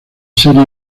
serie